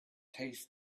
tastes